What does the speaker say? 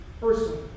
personally